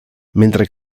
mentre